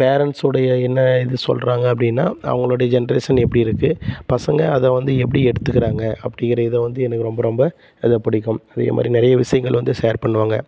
பேரெண்ட்ஸுடைய என்ன இது சொல்லுறாங்க அப்படின்னா அவர்களுடைய ஜென்ரேஷன் எப்படி இருக்குது பசங்கள் அதை வந்து எப்படி எடுத்துக்கிறாங்க அப்படிங்குற இதை வந்து எனக்கு ரொம்ப ரொம்ப அதை பிடிக்கும் அதேமாதிரி நிறையா விஷயங்கள் வந்து ஷேர் பண்ணுவாங்க